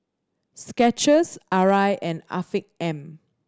Skechers Arai and Afiq M